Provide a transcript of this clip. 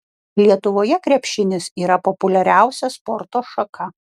lietuvoje krepšinis yra populiariausia sporto šaka